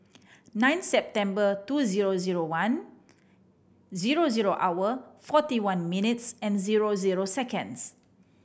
nine September two zero zero one zero zero hour forty one minutes and zero zero seconds